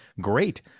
great